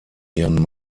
ihren